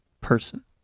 person